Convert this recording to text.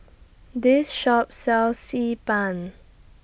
This Shop sells Xi Ban